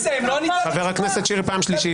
פעם שלישית,